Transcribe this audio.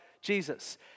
Jesus